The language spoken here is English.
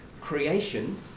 creation